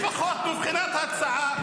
לפחות מבחינת הצעה.